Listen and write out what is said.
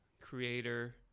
creator